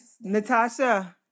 Natasha